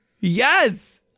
Yes